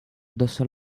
addosso